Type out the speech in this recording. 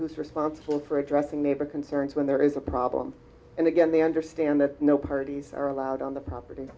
who's responsible for addressing neighbor concerns when there is a problem and again they understand that no parties are allowed on the property